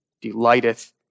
delighteth